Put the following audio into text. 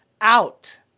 out